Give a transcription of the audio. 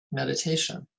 meditation